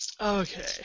Okay